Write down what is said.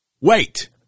Wait